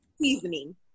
seasoning